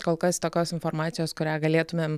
kol kas tokios informacijos kurią galėtumėm